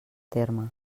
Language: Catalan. terme